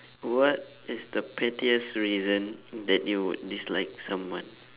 what is the pettiest reason that you would dislike someone